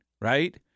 right